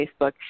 Facebook